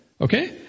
Okay